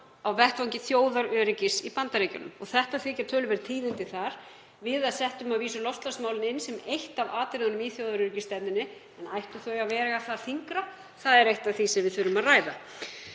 á vettvangi þjóðaröryggis í Bandaríkjunum. Þetta þykja töluverð tíðindi þar. Við settum að vísu loftslagsmálin inn sem eitt af atriðunum í þjóðaröryggisstefnunni. En ættu þau að vega þyngra? Það er eitt af því sem við þurfum að ræða.